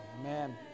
Amen